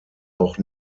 auch